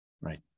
Right